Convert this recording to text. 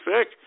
Sick